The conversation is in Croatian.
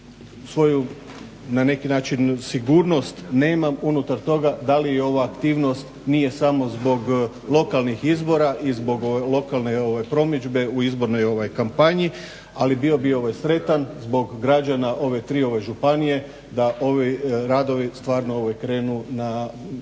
ja na neki način svoju sigurnost nemam unutar toga da li ova aktivnost nije samo zbog lokalnih izbora i zbog lokalne promidžbe u izbornoj kompaniji, ali bio bi ovaj sretan zbog građana ove tri županije da ovi radovi stvarno krenu na